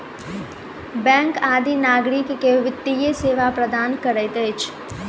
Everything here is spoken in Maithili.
बैंक आदि नागरिक के वित्तीय सेवा प्रदान करैत अछि